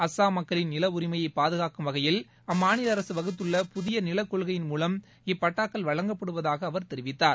அஸ்ஸாம் மக்களின் நிலஉரிமையை பாதுகாக்கும் வகையில் அம்மாநில அரசு வகுத்துள்ள புதிய நிலக்கொள்கையின் மூலம் இப்பட்டாக்கள் வழங்கப்படுவதாக அவர் தெரிவித்தார்